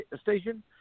station